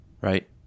right